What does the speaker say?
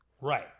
Right